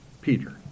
Peter